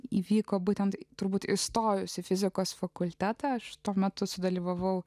įvyko būtent turbūt išstojusi fizikos fakultetą aš tuo metu sudalyvavau